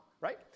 right